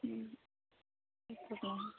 एक सेकंड